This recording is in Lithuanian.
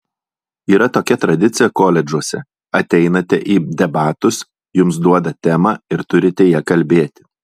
yra tokia tradicija koledžuose ateinate į debatus jums duoda temą ir turite ja kalbėti